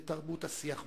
לתרבות השיח בחברה.